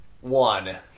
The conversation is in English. One